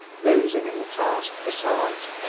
losing in the task, besides,